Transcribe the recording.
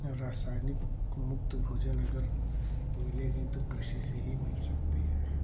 रासायनिक मुक्त भोजन अगर मिलेगी तो कृषि से ही मिल सकती है